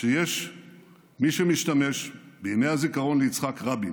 יש מי שמשתמש בימי הזיכרון ליצחק רבין